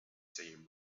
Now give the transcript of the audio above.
same